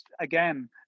again